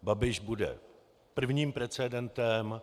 Babiš bude prvním precedentem.